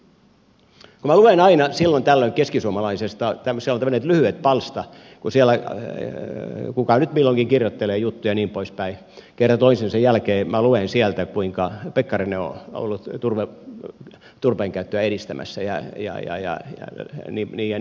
kun minä luen aina silloin tällöin keskisuomalaisesta siellä on tämmöinen lyhyet palsta jossa kuka nyt milloinkin kirjoittelee juttuja ja niin poispäin kerran toisensa jälkeen minä luen sieltä kuinka pekkarinen on ollut turpeen käyttöä edistämässä niin ja niin ja niin tällä tavalla